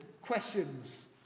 questions